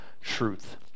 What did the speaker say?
truth